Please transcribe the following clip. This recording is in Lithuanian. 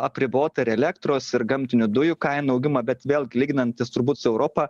apribotą ir elektros ir gamtinių dujų kainų augimą bet vėlgi lyginantis turbūt su europa